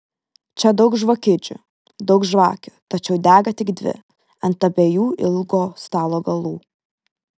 čia daug žvakidžių daug žvakių tačiau dega tik dvi ant abiejų ilgo stalo galų